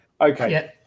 Okay